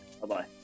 Bye-bye